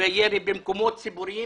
בירי במקומות ציבוריים